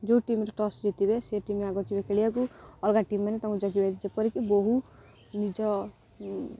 ଯୋଉ ଟିମ୍ରେ ଟସ୍ ଜିତିବେ ସେ ଟିମ୍ ଆଗ ଯିବେ ଖେଳିବାକୁ ଅଲଗା ଟିମ୍ ମାନେ ତାଙ୍କୁ ଜଗିବେ ଯେପରିକି ବହୁ ନିଜ